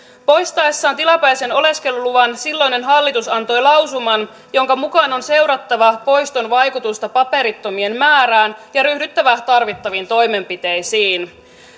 poistaessaan tilapäisen oleskeluluvan silloinen hallitus antoi lausuman jonka mukaan on seurattava poiston vaikutusta paperittomien määrään ja ryhdyttävä tarvittaviin toimenpiteisiin